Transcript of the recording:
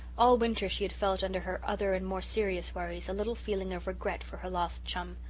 all winter she had felt under her other and more serious worries, a little feeling of regret for her lost chum.